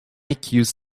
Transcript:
accuse